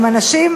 הם אנשים